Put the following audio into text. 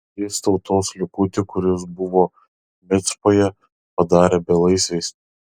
jis tautos likutį kuris buvo micpoje padarė belaisviais